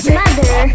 mother